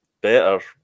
Better